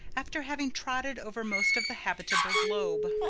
after having trotted over most of the habitable globe.